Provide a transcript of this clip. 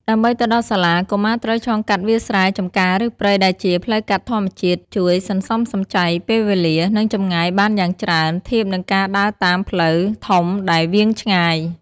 ដើម្បីទៅដល់សាលា កុមារត្រូវឆ្លងកាត់វាលស្រែ ចម្ការ ឬព្រៃរបោះ ដែលជា ផ្លូវកាត់ធម្មជាតិ ជួយសន្សំសំចៃពេលវេលា និងចម្ងាយបានយ៉ាងច្រើនធៀបនឹងការដើរតាមផ្លូវធំដែលវាងឆ្ងាយ។